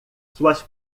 suas